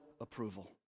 approval